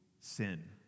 sin